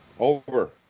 Over